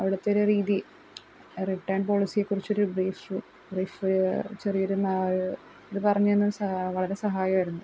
അവിടുത്തെ ഒരു രീതി റിട്ടേൺ പോളിസിയെക്കുറിച്ചൊരു ചെറിയൊരു ഇത് പറഞ്ഞു തന്നാൽ വളരെ സഹായമായിരുന്നു